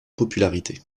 popularité